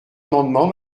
amendement